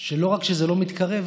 שלא רק שזה לא מתקרב,